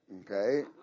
okay